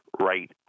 right